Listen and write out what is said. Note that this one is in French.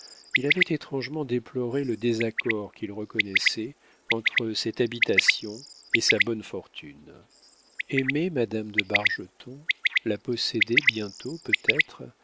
il avait étrangement déploré le désaccord qu'il reconnaissait entre cette habitation et sa bonne fortune aimer madame de bargeton la posséder bientôt peut-être